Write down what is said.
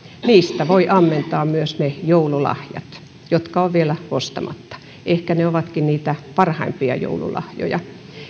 niistä voi ammentaa myös ne joululahjat jotka ovat vielä ostamatta ehkä ne ovatkin niitä parhaimpia joululahjoja